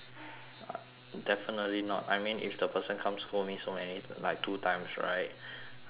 definitely not I mean if the person come scold me so many like two times right I I believe